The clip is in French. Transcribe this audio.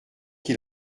qui